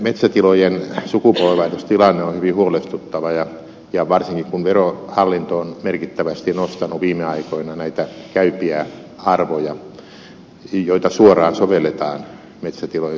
metsätilojen sukupolvenvaihdostilanne on hyvin huolestuttava varsinkin kun verohallinto on merkittävästi nostanut viime aikoina näitä käypiä arvoja joita suoraan sovelletaan metsätilojen sukupolvenvaihdoksiin